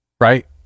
right